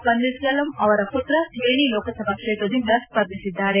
ಪನೀರ್ಸೆಲ್ವಂ ಅವರ ಪುತ್ರ ಥೇಣಿ ಲೋಕಸಭಾ ಕ್ಷೇತ್ರದಿಂದ ಸ್ವರ್ಧಿಸಿದ್ದಾರೆ